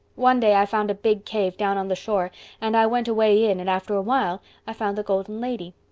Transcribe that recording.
one day i found a big cave down on the shore and i went away in and after a while i found the golden lady.